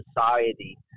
society